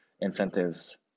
incentives